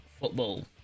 football